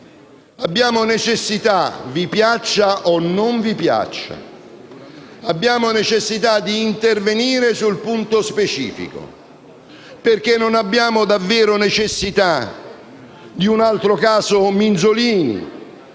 abbiamo la necessità di intervenire sul punto specifico perché non abbiamo davvero bisogno di un altro caso Minzolini,